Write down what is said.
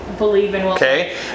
Okay